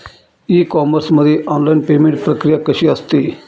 E commerce मध्ये online payment प्रक्रिया कशी असते?